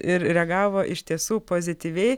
ir reagavo iš tiesų pozityviai